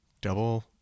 double